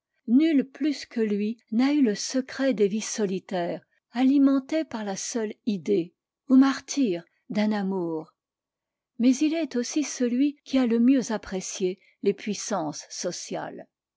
nul plus que lui n'a eu le secret des vies solitaires alimentées par la seule idée ou martyres d'un amour mais il est aussi celui qui a le mieux apprécié les puissances sociales